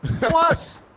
Plus